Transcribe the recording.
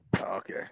Okay